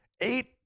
eight